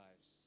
lives